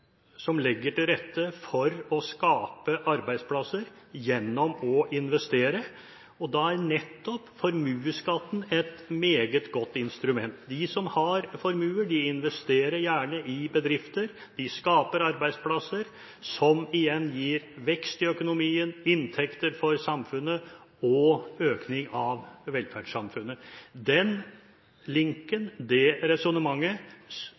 som legger til rette for å skape arbeidsplasser gjennom å investere. Da er nettopp formuesskatten et meget godt instrument. De som har formuer, investerer gjerne i bedrifter. De skaper arbeidsplasser, som igjen gir vekst i økonomien, inntekter for samfunnet og økt velferd i samfunnet. Det resonnementet – den